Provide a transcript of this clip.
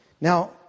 Now